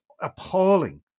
appalling